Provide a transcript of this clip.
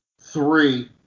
three